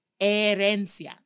herencia